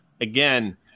Again